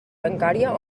bancària